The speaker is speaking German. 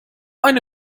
eine